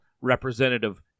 representative